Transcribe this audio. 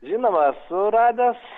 žinoma esu radęs